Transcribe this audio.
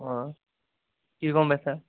কীরকম ব্যথা